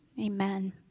Amen